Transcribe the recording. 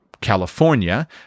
California